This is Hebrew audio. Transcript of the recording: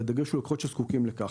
והדגש הוא על לקוחות שזקוקים לכך.